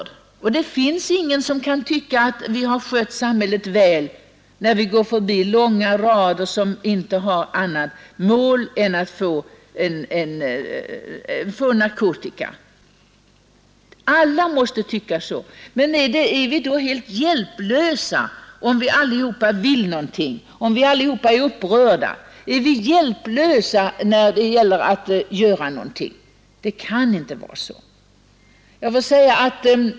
Det finns ingen som kan tycka att vi har skött samhället väl när vi ute på gatorna passerar långa rader av ungdomar som inte har annat mål än att få narkotika. Men om vi alla vill någonting, om vi alla är upprörda, är vi då helt hjälplösa när det gäller att göra någonting? Det kan inte vara så.